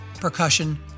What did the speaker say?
percussion